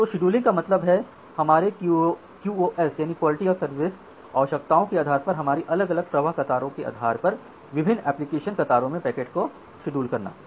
तो शेड्यूलिंग का मतलब है कि हमारे QoS आवश्यकताओं के आधार पर हमारी अलग अलग प्रवाह कतारों के आधार पर विभिन्न एप्लिकेशन कतारों में पैकेटों को शेड्यूल करना